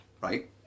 right